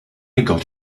got